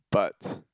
but